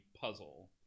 puzzle